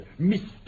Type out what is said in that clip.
Mr